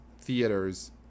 theaters